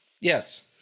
Yes